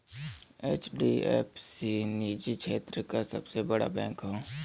HDFC निजी क्षेत्र क सबसे बड़ा बैंक हौ